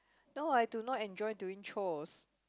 no I do not enjoy doing chores